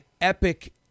epic